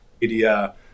media